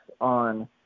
on